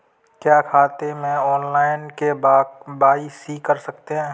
क्या खाते में ऑनलाइन के.वाई.सी कर सकते हैं?